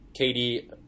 KD